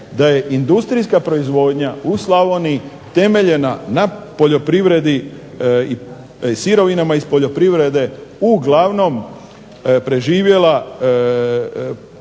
da je industrijska proizvodnja u Slavoniji temeljena na poljoprivredi i sirovinama iz poljoprivrede uglavnom preživjela